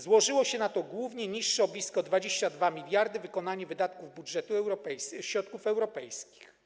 Złożyło się na to głównie niższe o blisko 22 mld wykonanie wydatków budżetu środków europejskich.